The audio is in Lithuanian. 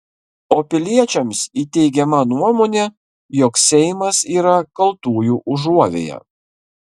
o piliečiams įteigiama nuomonė jog seimas yra kaltųjų užuovėja